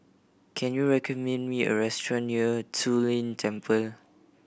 can you recommend me a restaurant near Zu Lin Temple